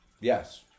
Yes